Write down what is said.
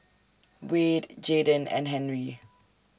Wayde Jaiden and Henri